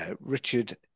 Richard